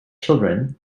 children